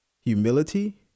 humility